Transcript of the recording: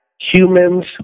humans